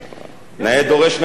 נאה דורש נאה מקיים.